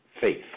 faith